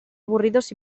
aburridos